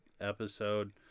episode